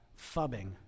fubbing